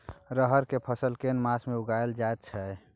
रहर के फसल केना मास में उगायल जायत छै?